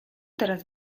teraz